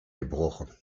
gebrochen